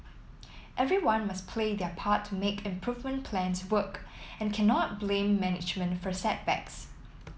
everyone must play their part to make improvement plans work and cannot blame management for setbacks